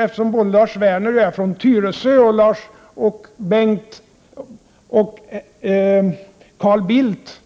Eftersom både Lars Werner och jag är från Tyresö och Carl Bildt